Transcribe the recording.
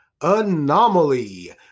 Anomaly